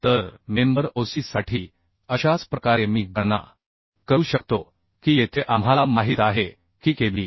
तर member OC साठी अशाच प्रकारे मी गणना करू शकतो की येथे आपल्याला माहित आहे की KB